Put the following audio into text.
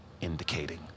indicating